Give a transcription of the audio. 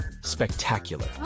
spectacular